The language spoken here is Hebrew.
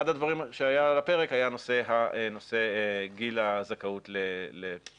אחד הדברים שהיה על הפרק היה נושא גיל הזכאות לפרישה.